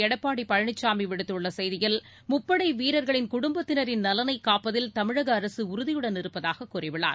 எடப்பாடிபழனிசாமிவிடுத்துள்ளசெய்தியில் முப்படைவீரர்களின் குடும்பத்தினரின் நலனைகாப்பதில் தமிழகஅரசுஉறுதியுடன் இருப்பதாககூறியுள்ளார்